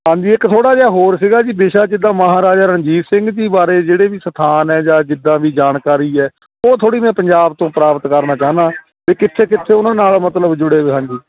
ਹਾਂਜੀ ਇੱਕ ਥੋੜ੍ਹਾ ਜਿਹਾ ਹੋਰ ਸੀਗਾ ਜੀ ਵਿਸ਼ਾ ਜਿੱਦਾਂ ਮਹਾਰਾਜਾ ਰਣਜੀਤ ਸਿੰਘ ਜੀ ਬਾਰੇ ਜਿਹੜੇ ਵੀ ਸਥਾਨ ਹੈ ਜਾਂ ਜਿੱਦਾਂ ਵੀ ਜਾਣਕਾਰੀ ਹੈ ਉਹ ਥੋੜ੍ਹੀ ਮੈਂ ਪੰਜਾਬ ਤੋਂ ਪ੍ਰਾਪਤ ਕਰਨਾ ਚਾਹੁੰਦਾ ਵੀ ਕਿੱਥੇ ਕਿੱਥੇ ਉਹਨਾਂ ਨਾਲ਼ ਮਤਲਬ ਜੁੜੇ ਵੇ ਹਾਂਜੀ